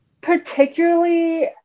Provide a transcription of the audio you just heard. particularly